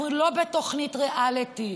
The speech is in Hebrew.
אנחנו לא בתוכנית ריאליטי,